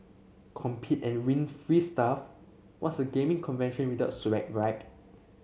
compete and win free stuff what's a gaming convention without swag right